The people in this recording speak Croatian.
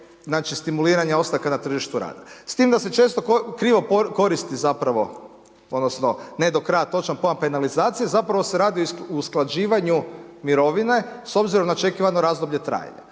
pitanje stimuliranja ostanka na tržištu rada, s tim da se često krivo koristi zapravo, odnosno ne do kraja točan pojam penalizacije, zapravo se radi o usklađivanju mirovine s obzirom na očekivano razdoblje trajanja.